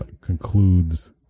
concludes